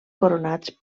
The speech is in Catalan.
coronats